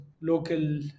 local